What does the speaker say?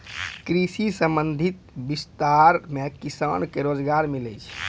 कृषि संबंधी विस्तार मे किसान के रोजगार मिल्लै